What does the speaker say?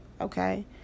Okay